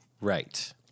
Right